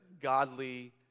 godly